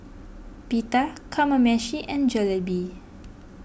Pita Kamameshi and Jalebi